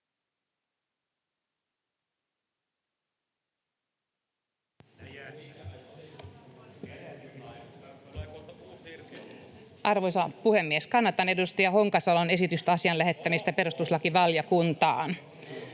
Arvoisa puhemies! Kannatan edustaja Honkasalon esitystä asian lähettämisestä perustuslakivaliokuntaan.